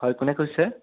হয় কোনে কৈছে